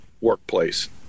workplace